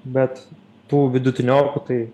bet tų vidutiniokų tai